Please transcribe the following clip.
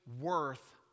worth